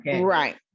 Right